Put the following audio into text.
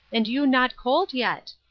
and you not cold yet?